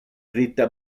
rita